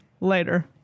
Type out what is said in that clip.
later